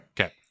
Okay